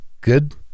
good